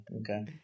okay